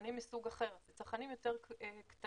לצרכנים מסוג אחר, צרכנים יותר קטנים.